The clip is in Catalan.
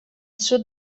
sud